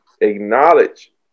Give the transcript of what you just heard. acknowledge